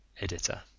Editor